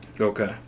Okay